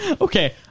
Okay